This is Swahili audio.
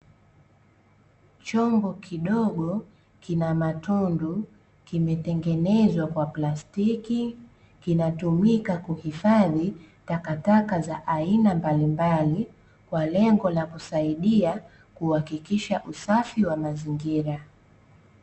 Chombo kidogo kina matundu kimetengenezwa kwa plastiki, kinatumika kuhifadhi takataka za aina malimbali kwa lengo la kusaidia kuhakikisha usafi wa mazingira.